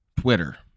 Twitter